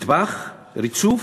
מטבח, ריצוף,